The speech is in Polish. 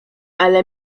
ale